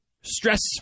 stress